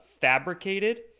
fabricated